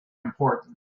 important